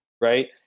right